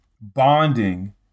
bonding